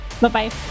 Bye-bye